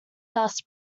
thus